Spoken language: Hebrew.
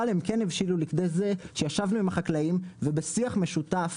אבל הם כן הבשילו לכדי זה שישבנו עם החקלאים ובשיח משותף